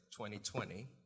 2020